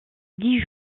dix